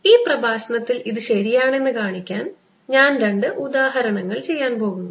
ഈ പ്രഭാഷണത്തിൽ ഇത് ശരിയാണെന്ന് കാണിക്കാൻ ഞാൻ രണ്ട് ഉദാഹരണങ്ങൾ ചെയ്യാൻ പോകുന്നു